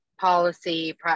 policy